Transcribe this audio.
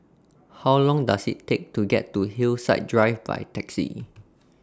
How Long Does IT Take to get to Hillside Drive By Taxi